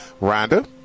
Rhonda